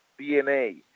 DNA